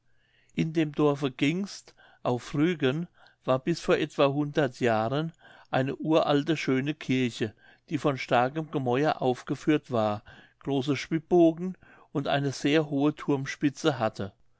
in dem dorfe gingst auf rügen war bis vor etwa hundert jahren eine uralte schöne kirche die von starkem gemäuer aufgeführt war große schwibbogen und eine sehr hohe thurmspitze hatte